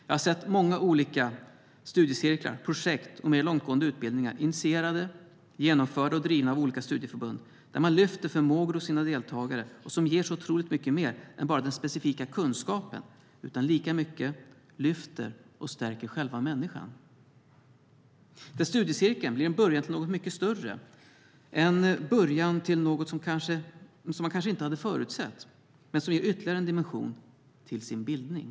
Jag har sett många olika studiecirklar, projekt och mer långtgående utbildningar initierade, genomförda och drivna av olika studieförbund där man lyfter förmågor hos sina deltagare och som ger otroligt mycket mer än bara den specifika kunskapen, och man lika mycket lyfter och stärker själva människan. Där blir studiecirkeln en början till något mycket större - en början till något som man kanske inte har förutsett men som ger ytterligare en dimension till ens bildning.